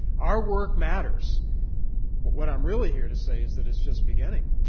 our work matters. but what i'm really here to say is that it's just beginning.